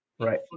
Right